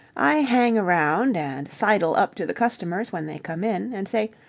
i hang around and sidle up to the customers when they come in, and say,